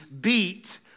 beat